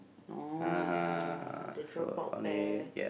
oh the dropout pair